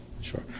sure